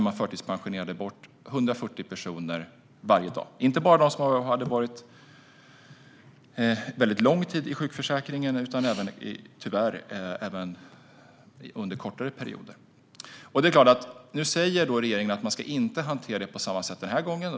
Man förtidspensionerade bort 140 personer varje dag, inte bara dem som varit lång tid i sjukförsäkringen utan tyvärr även dem som varit där under kortare perioder. Nu säger regeringen att man inte ska hantera det på samma sätt denna gång.